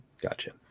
Gotcha